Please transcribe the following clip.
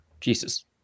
jesus